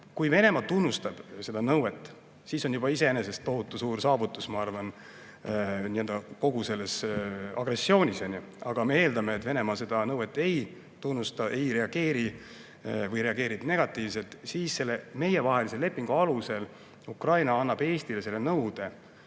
Kui Venemaa tunnustab seda nõuet, siis see on juba iseenesest tohutu suur saavutus kogu selles agressioonis. Aga me eeldame, et Venemaa neid nõudeid ei tunnusta, ei reageeri või reageerib negatiivselt. Siis selle meievahelise lepingu alusel Ukraina annab Eestile selle nõude